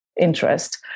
interest